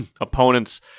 Opponents